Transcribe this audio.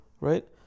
right